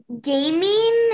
gaming